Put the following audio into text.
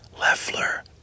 Leffler